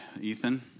Ethan